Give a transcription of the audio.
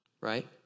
right